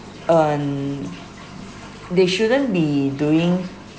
uh they shouldn't be doing